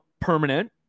permanent